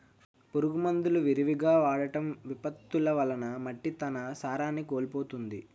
పురుగు మందులు విరివిగా వాడటం, విపత్తులు వలన మట్టి తన సారాన్ని కోల్పోతుంది